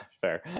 fair